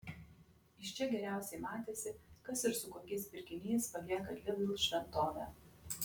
iš čia geriausiai matėsi kas ir su kokiais pirkiniais palieka lidl šventovę